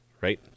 right